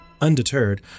Undeterred